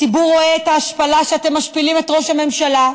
הציבור רואה את ההשפלה שאתם משפילים את ראש הממשלה,